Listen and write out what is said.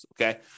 okay